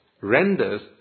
renders